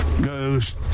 goes